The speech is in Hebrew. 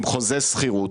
אולי עם חוזה שכירות,